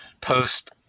post